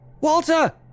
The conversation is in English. Walter